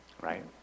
right